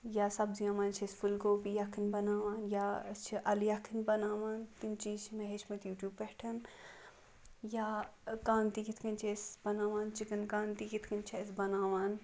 یا سَبزیو مَنٛز چھِ أسۍ پھوٗل گوٗبی یَکھٕنۍ بَناوان یا أسۍ چھِ اَلہٕ یَکھٕنۍ بَناوان تِم چیٖز چھِ مےٚ ہیٚچھمٕتۍ یوٗ ٹیٛوٗب پیٚٹھ یا کانتی کِتھٕ کٔنۍ چھِ أسۍ بَناوان چِکَن کانتی کِتھٕ کٔنۍ چھِ أسۍ بَناوان